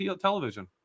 television